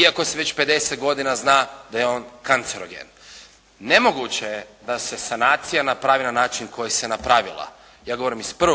iako se već pedeset godina zna da je on kancerogen. Nemoguće je da se sanacija napravila na način na koji se napravila. Ja govorim iz prve